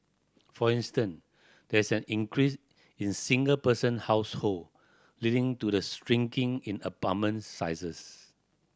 for instance there is an increase in single person household leading to the shrinking in apartment sizes